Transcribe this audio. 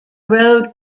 road